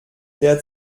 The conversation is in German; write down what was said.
der